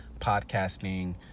podcasting